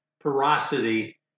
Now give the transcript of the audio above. porosity